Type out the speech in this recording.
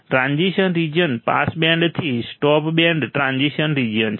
transition region pass બેન્ડથી stop band transition region છે